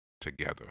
together